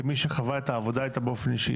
כמי שחווה את העבודה איתה באופן אישי,